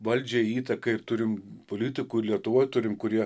valdžiai įtakai ir turim politikų ir lietuvoj turim kurie